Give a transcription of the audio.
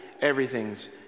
everything's